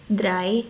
dry